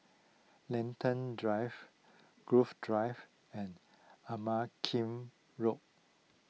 Lentor Drive Grove Drive and Ama Keng Road